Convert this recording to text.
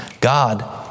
God